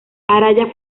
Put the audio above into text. araya